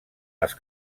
les